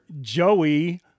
joey